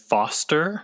Foster